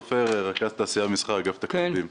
רכז תעשייה ומסחר באגף התקציבים.